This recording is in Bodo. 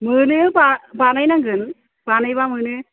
मोनो बानायनांगोन बानायबा मोनो